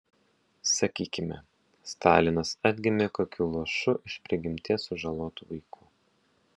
sakykime stalinas atgimė kokiu luošu iš prigimties sužalotu vaiku